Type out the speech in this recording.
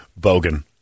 Bogan